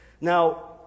Now